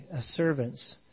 servants